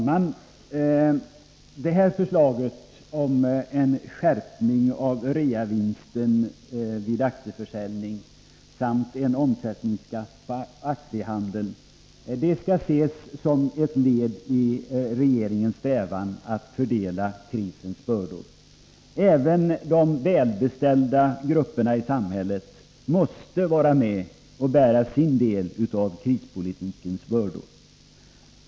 Herr talman! Förslaget om en skärpning av reavinstbeskattningen vid aktieförsäljning samt en omsättningsskatt på aktiehandeln skall ses som ett led i regeringens strävan att fördela krisens bördor. Även de välbeställda grupperna i samhället måste vara med och bära sin del av krispolitikens bördor.